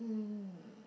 um